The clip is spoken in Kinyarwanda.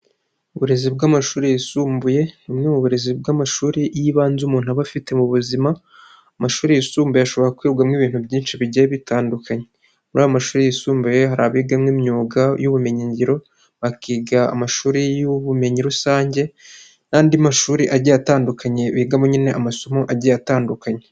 Uburezi bw'amashuri yisumbuye nimwe mu burezi bw'amashuri y'ibanze umuntu aba afite mu buzima. Amashuri yisumbuye ashobora kwigwamo ibintu byinshi bigiye bitandukanye, muri ayo amashuri yisumbuye hari abigamo imyuga y'ubumenyingiro bakiga amashuri y'ubumenyi rusange n'andi mashuri agiye atandukanye bigamo nyine amasomo agiye atandukanye.